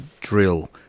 drill